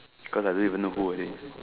cause I don't even know who was it